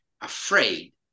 afraid